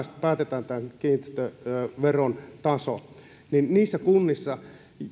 päätetään kiinteistöveron taso ja niissä kunnissa